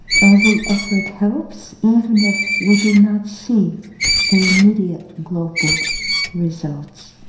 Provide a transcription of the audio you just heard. every effort helps, even if we do not see the immediate global results.